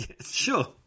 Sure